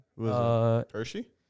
Hershey